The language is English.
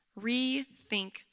Rethink